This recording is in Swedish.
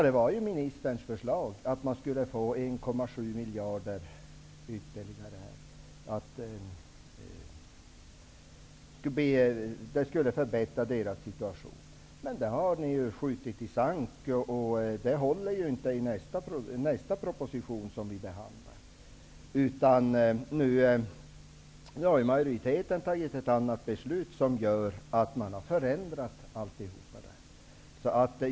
Det var ministerns förslag att tillföra 1,7 miljarder kronor för att förbättra producenternas situation. Det förslaget har ni ju skjutit i sank! Det håller inte i nästa proposition vi behandlar. Nu har majoriteten fattat ett annat beslut som gör att allt förändras.